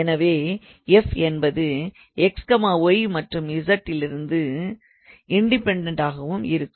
எனவே f என்பது xy மற்றும் z டிலிருந்து இண்டிபென்டண்ட் ஆகவும் இருக்கும்